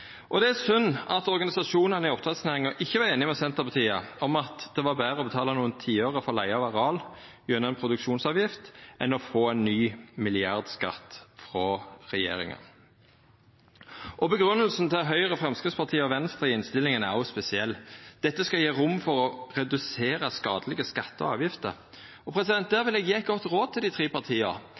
Det er synd at organisasjonane i oppdrettsnæringa ikkje var einige med Senterpartiet i at det var betre å betala nokre tiørar for leie av areal gjennom ei produksjonsavgift enn å få ein ny milliardskatt frå regjeringa. Grunngjevinga til Høgre, Framstegspartiet og Venstre i innstillinga er også spesiell. Dette skal gje rom for å redusera skadelege skattar og avgifter. Der vil eg gje eit godt råd til dei tre partia.